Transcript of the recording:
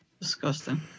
Disgusting